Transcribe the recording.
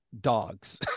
dogs